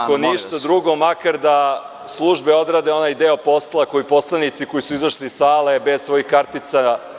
Ako ništa drugo, makar da službe odrade onaj deo posla, poslanici koji su izašli iz sale bez svojih kartica.